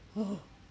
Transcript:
oh